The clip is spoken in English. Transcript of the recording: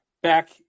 back